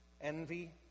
envy